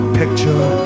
picture